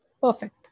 Perfect